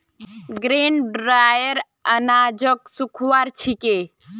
grain dryer अनाजक सुखव्वार छिके